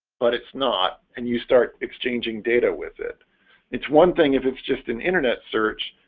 but it's not and you start exchanging data with it it's one thing if it's just an internet search,